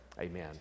Amen